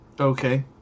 Okay